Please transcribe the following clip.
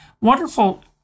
wonderful